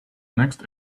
next